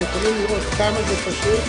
אנחנו יכולים לראות כמה זה פשוט